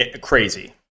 Crazy